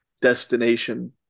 destination